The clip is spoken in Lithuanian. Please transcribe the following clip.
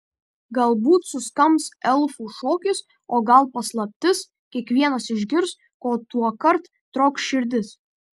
galbūt suskambs elfų šokis o gal paslaptis kiekvienas išgirs ko tuokart trokš širdis